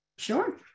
Sure